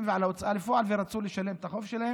ועל ההוצאה לפועל ורצו לשלם את החוב שלהם,